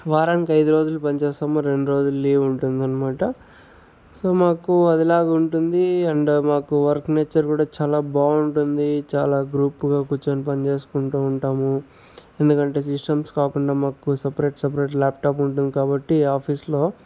వారానికి ఐదు రోజులు పని చేస్తాము రెండు రోజులు లీవ్ ఉంటుందనమాట సో మాకు అదిలాగ ఉంటుంది అండ్ మాకు వర్క్ నేచర్ కూడా చాలా బాగుంటుంది చాలా గ్రూప్గా కూర్చొని పని చేసుకుంటూ ఉంటాము ఎందుకంటే సిస్టమ్స్ కాకుండా మాకు సపరేట్ సపరేట్ ల్యాప్టాప్ ఉంటుంది కాబట్టి ఆఫీస్లో